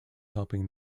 helping